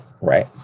right